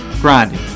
grinding